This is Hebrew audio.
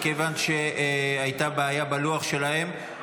מכיוון שהייתה בעיה בלוח שלהם.